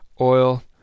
oil